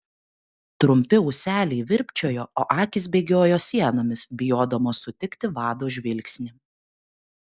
trumpi ūseliai virpčiojo o akys bėgiojo sienomis bijodamos sutikti vado žvilgsnį